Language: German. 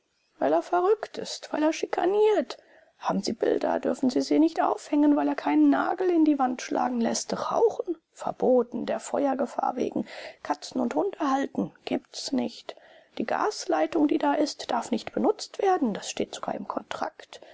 weil er verrückt ist weil er schikaniert haben sie bilder dürfen sie sie nicht aufhängen weil er keinen nagel in die wand schlagen läßt rauchen verboten der feuergefahr wegen katzen und hunde halten gibt's nicht die gasleitung die da ist darf nicht benutzt werden das steht sogar im kontrakt